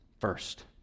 first